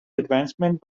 advancement